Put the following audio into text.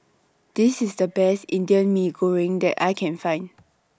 This IS The Best Indian Mee Goreng that I Can Find